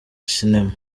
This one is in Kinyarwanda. sinema